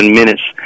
minutes